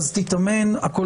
תתאמן, הכול